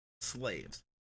slaves